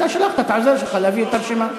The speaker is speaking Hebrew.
אתה שלחת את העוזר שלך להביא את הרשימה.